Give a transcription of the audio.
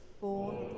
born